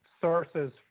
sources